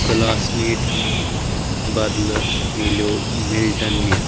class mat بدلہٕ مِلیو مِلٹن مےٚ